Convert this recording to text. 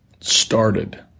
started